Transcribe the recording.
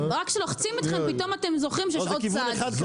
רק כשלוחצים אתכם פתאום אתם זוכרים שיש עוד צד.